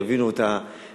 שיבינו את הדברים.